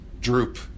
droop